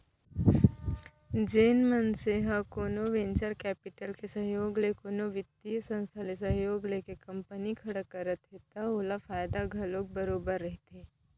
जेन मनसे ह कोनो वेंचर कैपिटल के सहयोग ले कोनो बित्तीय संस्था ले सहयोग लेके कंपनी खड़े करत हे त ओला फायदा घलोक बरोबर रहिथे